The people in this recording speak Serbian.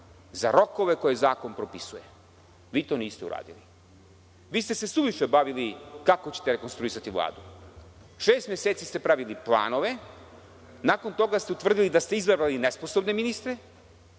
za rokove koje zakon propisuje, vi to niste uradili. Vi ste se suviše bavili kako ćete rekonstruisati Vladu. Šest meseci ste pravili planove, nakon toga ste utvrdili da ste izabrali nesposobne ministre,